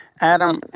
Adam